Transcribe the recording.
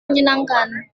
menyenangkan